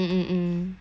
ya